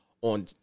on